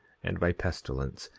and by pestilence,